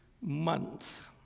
month